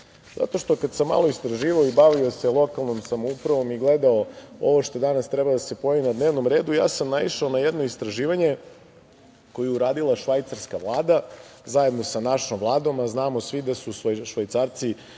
Zato što kada sam malo istraživao i bavio se lokalnom samoupravom i gledao ovo što danas treba da se pojavi na dnevnom redu, ja sam naišao na jedno istraživanje koje je uradila švajcarska vlada zajedno sa našom vladom, a znamo svi da su Švajcarci